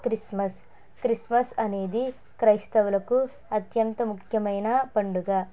Christmas Christmas అనేది క్రైస్తవులకు అత్యంత ముఖ్యమైన పండుగ